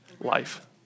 life